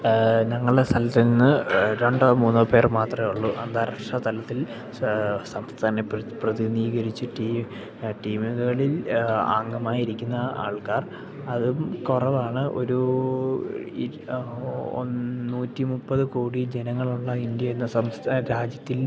ഞങ്ങളുടെ സ്ഥലത്തു നിന്ന് രണ്ടോ മൂന്നോ പേർ മാത്രമേ ഉള്ളൂ അന്താരാഷ്ട്ര തലത്തില് സംസ്ഥാനത്തെ പ്രതിനിധീകരിച്ചിട്ട് ടീമുകളിൽ അംഗമായിരിക്കുന്ന ആൾക്കാർ അതും കുറവാണ് ഒരൂ നൂറ്റിമുപ്പത് കോടി ജനങ്ങളുള്ള ഇന്ത്യ എന്ന രാജ്യത്തിൽ